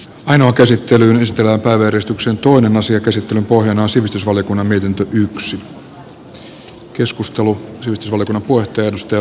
ainoa käsittelyyn ystävä kaveristuksen tulonen käsittelyn pohjana on sivistysvaliokunnan mietintö